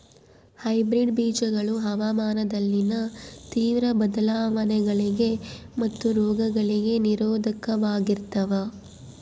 hybrid ಬೇಜಗಳು ಹವಾಮಾನದಲ್ಲಿನ ತೇವ್ರ ಬದಲಾವಣೆಗಳಿಗೆ ಮತ್ತು ರೋಗಗಳಿಗೆ ನಿರೋಧಕವಾಗಿರ್ತವ